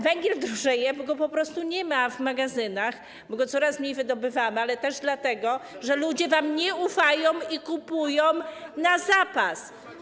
Węgiel drożeje, bo go po prostu nie ma w magazynach, bo go coraz mniej wydobywamy, ale też dlatego, że ludzie wam nie ufają i kupują na zapas.